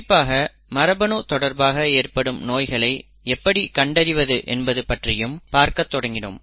குறிப்பாக மரபணு தொடர்பாக ஏற்படும் நோய்களை எப்படி கண்டறிவது என்பது பற்றியும் பார்க்கத் தொடங்கினோம்